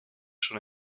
schon